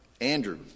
Andrew